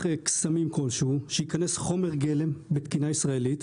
קסמים כלשהו שייכנס חומר גלם בתקינה ישראלית,